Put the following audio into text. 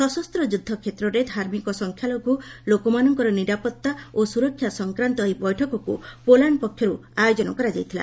ସଶସ୍ତ ଯୁଦ୍ଧ କ୍ଷେତ୍ରରେ ଧାର୍ମିକ ସଂଖ୍ୟାଲଘୁ ଲୋକମାନଙ୍କର ନିରାପତ୍ତା ଓ ସୁରକ୍ଷା ସଂକ୍ରାନ୍ତ ଏହି ବୈଠକକୁ ପୋଲାଣ୍ଡ ପକ୍ଷରୁ ଆୟୋଜନ କରାଯାଇଥିଲା